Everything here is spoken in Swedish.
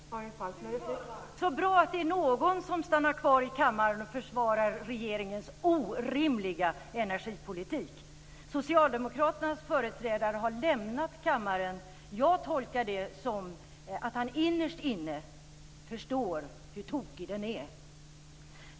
Fru talman! Så bra att det är någon som stannar kvar i kammaren och försvarar regeringens orimliga energipolitik. Socialdemokraternas företrädare har lämnat kammaren. Jag tolkar det som att han innerst inne förstår hur tokig den politiken är.